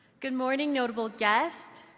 good morning, notable guests,